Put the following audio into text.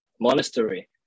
monastery